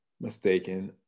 mistaken